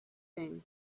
thing